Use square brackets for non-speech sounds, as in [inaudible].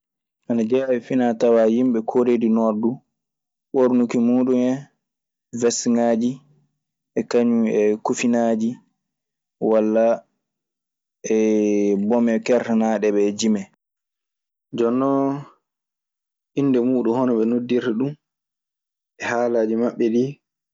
Anajea e fina tawa himɓe kore du nor dun ɓornuki mudun hen, westengaji e kaŋum e kufinaji wala ɓomee kertanaɗi ɓe kaŋum e jimee. Jonnon eɓe njoganii ɗun jaati fay innde. So ngoonga, [hesitation] mi anndaa ɗun koyi. Jonnon [hesitation] ɗun kaa saa yii tan [hesitation] a wiyan kamɓe non, Españ.